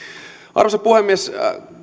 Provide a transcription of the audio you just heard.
arvoisa puhemies